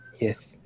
Yes